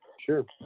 Sure